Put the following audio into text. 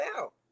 out